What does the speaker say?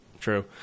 true